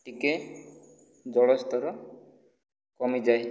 ଟିକିଏ ଜଳସ୍ତର କମିଯାଏ